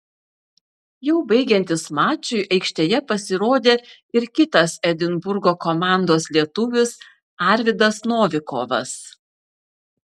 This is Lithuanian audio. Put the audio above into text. jau baigiantis mačui aikštėje pasirodė ir kitas edinburgo komandos lietuvis arvydas novikovas